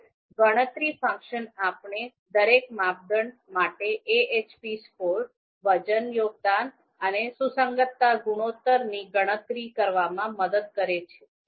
હવે ગણતરી ફંક્શન આપણે દરેક માપદંડ માટે AHP સ્કોર વજન યોગદાન અને સુસંગતતા ગુણોત્તરની ગણતરી કરવામાં મદદ કરે છે